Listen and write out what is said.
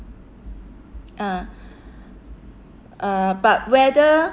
ah uh but whether